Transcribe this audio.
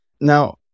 Now